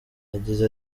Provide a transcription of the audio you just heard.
yagize